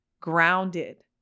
grounded